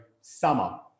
summer